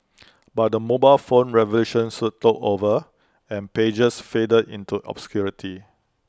but the mobile phone revolution soon took over and pagers faded into obscurity